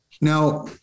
Now